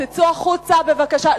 צאו החוצה בבקשה.